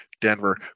Denver